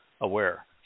aware